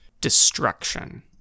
destruction